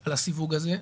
על הסיווג הזה,